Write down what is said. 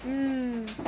mm